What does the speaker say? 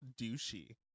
douchey